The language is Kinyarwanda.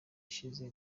ishize